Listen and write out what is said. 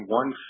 one